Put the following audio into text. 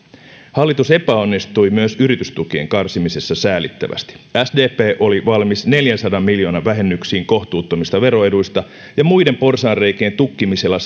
hallitus epäonnistui myös yritystukien karsimisessa säälittävästi sdp oli valmis neljänsadan miljoonan vähennyksiin kohtuuttomista veroeduista ja muiden porsaanreikien tukkimisella